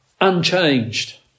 unchanged